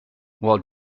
while